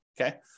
okay